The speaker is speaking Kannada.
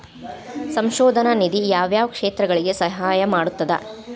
ಸಂಶೋಧನಾ ನಿಧಿ ಯಾವ್ಯಾವ ಕ್ಷೇತ್ರಗಳಿಗಿ ಸಹಾಯ ಮಾಡ್ತದ